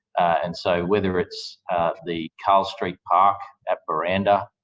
and so whether it's the carl street park at buranda,